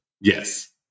Yes